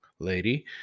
lady